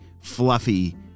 fluffy